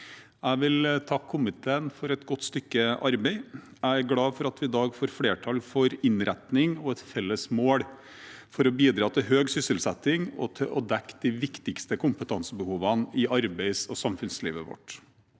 Jeg vil takke komiteen for et godt stykke arbeid. Jeg er glad for at vi i dag får flertall for innretning og et felles mål for å bidra til høy sysselsetting og til å dekke de viktigste kompetansebehovene i arbeids- og samfunnslivet vårt.